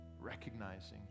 recognizing